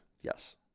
Yes